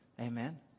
amen